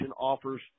offers